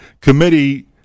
committee